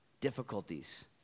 difficulties